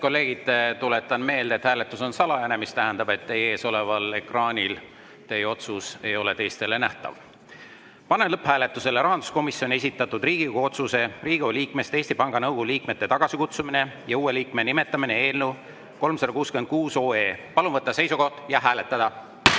kolleegid, tuletan meelde, et hääletus on salajane, mis tähendab, et teie ees oleval ekraanil teie otsus ei ole teistele nähtav. Panen lõpphääletusele rahanduskomisjoni esitatud Riigikogu otsuse "Riigikogu liikmest Eesti Panga Nõukogu liikme tagasikutsumine ja uue liikme nimetamine" eelnõu 366. Palun võtta seisukoht ja hääletada!